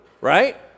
Right